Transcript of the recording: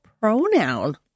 pronoun